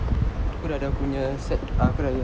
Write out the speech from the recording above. aku dah ada aku punyas set aku dah